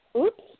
oops